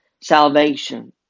salvation